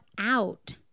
out